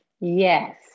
Yes